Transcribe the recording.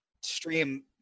stream